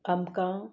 आमकां